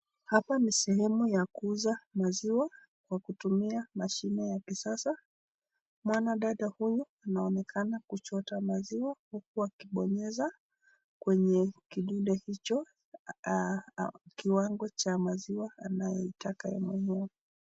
Hapa ni sehemu ya kuuza maziwa kwa kutumia mashine ya kisasa mwanadada huyu anaonekana kuchota maziwa huku akibonyeza kwenye kidude hicho kiwango cha maziwa anayotaka mwenyewe.